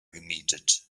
gemietet